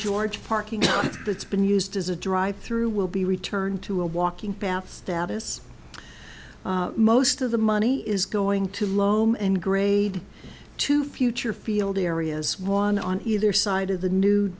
george parking that's been used as a drive thru will be returned to a walking path status most of the money is going to lome and grade two future field areas one on either side of the new